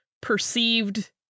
perceived